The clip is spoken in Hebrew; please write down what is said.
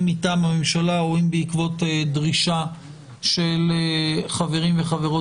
אם מטעם הממשלה או אם בעקבות דרישה של חברים וחברות